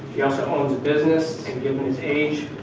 he also owns a business and, given his age,